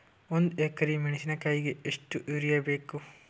ಒಂದ್ ಎಕರಿ ಮೆಣಸಿಕಾಯಿಗಿ ಎಷ್ಟ ಯೂರಿಯಬೇಕು?